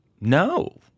no